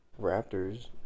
Raptors